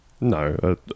No